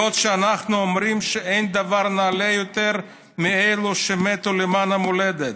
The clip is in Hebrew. בעוד אנחנו אומרים שאין דבר נעלה יותר מאלה שמתו למען המולדת.